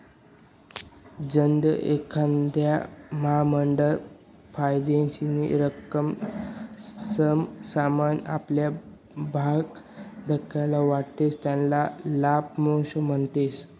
जधय एखांद महामंडळ फायदानी रक्कम समसमान आपला भागधारकस्ले वाटस त्याले लाभांश म्हणतस